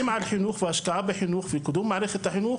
על חינוך והשקעה בחינוך וקידום מערכת החינוך,